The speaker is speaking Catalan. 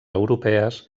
europees